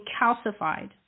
calcified